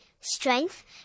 strength